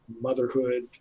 motherhood